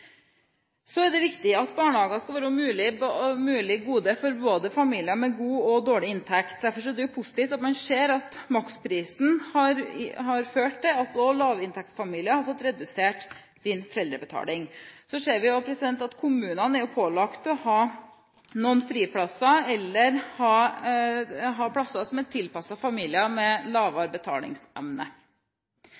er viktig at barnehagen skal være et mulig gode både for familier med god inntekt og for familier med dårlig inntekt. Derfor er det positivt at man ser at maksprisen har ført til at også lavinntektsfamilier har fått redusert sin foreldrebetaling. Så ser vi også at kommunene er pålagt å ha noen friplasser eller plasser som er tilpasset familier med